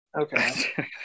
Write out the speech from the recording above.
Okay